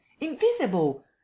Invisible